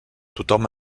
tothom